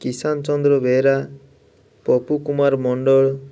Kisan Chandra Behera Papu Kumar Mandal